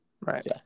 Right